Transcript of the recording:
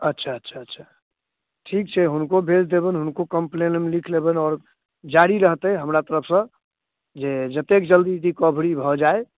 अच्छा अच्छा अच्छा ठीक छै हुनको भेज देबनि हुनको कम्पलेन हम लिख लेबनि आओर जारी रहतै हमरा तरफसँ जे जतेक जल्दी रिकवरी भऽ जाइ